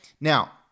Now